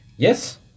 Yes